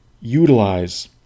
utilize